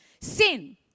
sin